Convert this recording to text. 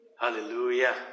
Hallelujah